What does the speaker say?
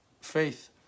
faith